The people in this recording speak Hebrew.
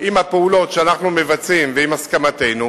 עם הפעולות שאנחנו מבצעים ועם הסכמתנו,